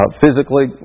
physically